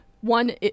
one